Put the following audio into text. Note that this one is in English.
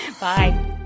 Bye